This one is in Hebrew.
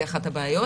זו אחת הבעיות.